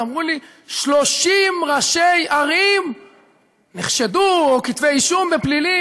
אז אמרו לי: 30 ראשי ערים נחשדו או יש להם כתבי אישום בפלילים.